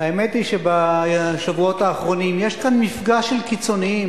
האמת היא שבשבועות האחרונים יש כאן מפגש של קיצונים.